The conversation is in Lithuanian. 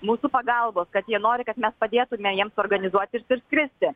mūsų pagalbos kad jie nori kad mes padėtume jiems suorganizuoti ir skristi